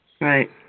Right